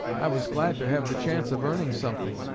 i was glad to have the chance of earning something.